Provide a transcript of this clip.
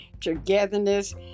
togetherness